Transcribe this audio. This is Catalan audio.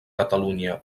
catalunya